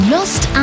Lost